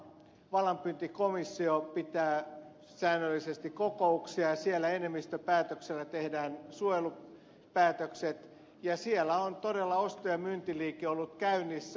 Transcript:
valaanpyyntikomissio pitää säännöllisesti kokouksia ja siellä enemmistöpäätöksellä tehdään suojelupäätökset ja siellä on todella osto ja myyntiliike ollut käynnissä